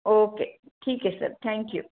okay ठीक आहे sir thank you